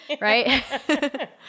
Right